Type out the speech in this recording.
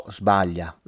sbaglia